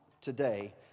today